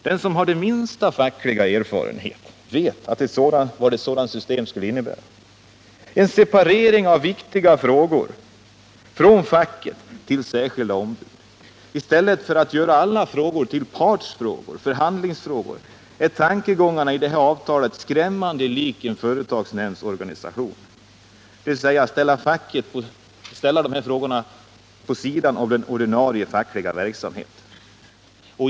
Den som har minsta fackliga erfarenhet vet vad ett sådant system skulle innebära: en separering av viktiga frågor från facket till särskilda ombud. I stället för att göra alla frågor till partsfrågor, förhandlingsfrågor, konstrueras enligt avtalet någonting som är skrämmande likt företagsnämndsorganisationen — dvs. man ställer frågorna på sidan om den ordinarie fackliga verksamheten.